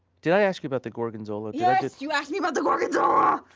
did i ask you about the gorgonzola? yes you asked me about the gorgonzola.